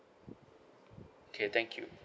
okay thank you